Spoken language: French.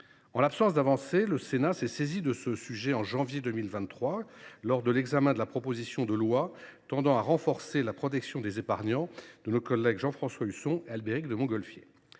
En l’absence d’avancée, le Sénat s’est saisi de ce sujet en janvier 2023 lors de l’examen de la proposition de loi tendant à renforcer la protection des épargnants de nos collègues Jean François Husson et Albéric de Montgolfier.